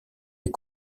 les